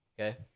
Okay